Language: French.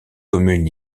communes